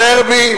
אני חוזר בי,